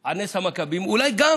על נס המכבים, אולי גם